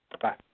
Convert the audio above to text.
Bye